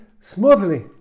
smoothly